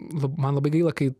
man labai gaila kai